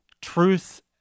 truth